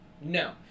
No